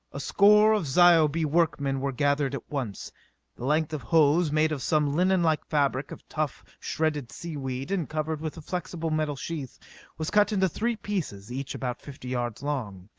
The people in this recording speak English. a score of zyobite workmen were gathered at once. the length of hose made of some linen-like fabric of tough, shredded sea-weed and covered with a flexible metal sheath was cut into three pieces each about fifty yards long.